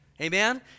Amen